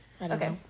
Okay